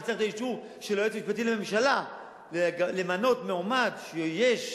וצריך את האישור של היועץ המשפטי לממשלה למנות מועמד שיש לו,